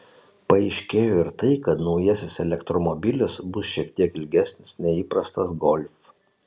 paaiškėjo ir tai kad naujasis elektromobilis bus šiek tiek ilgesnis nei įprastas golf